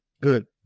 Good